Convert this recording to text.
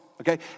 okay